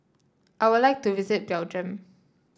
I would like to visit Belgium